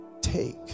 Take